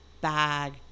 bag